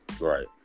Right